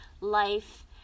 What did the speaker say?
life